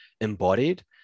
embodied